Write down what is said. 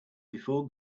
before